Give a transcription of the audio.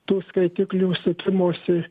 tų skaitiklių sukimosi